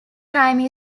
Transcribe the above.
crime